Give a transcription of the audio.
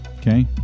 okay